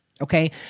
Okay